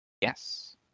Yes